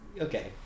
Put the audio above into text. okay